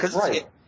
Right